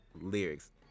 lyrics